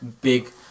big